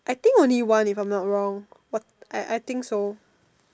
I think only one if I'm not wrong what I I think so